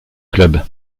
club